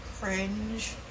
cringe